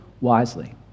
wisely